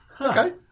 Okay